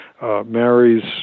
Marries